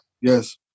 Yes